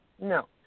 No